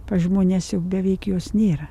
pas žmones jau beveik jos nėra